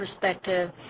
perspective